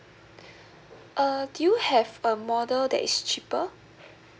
uh do you have a model that is cheaper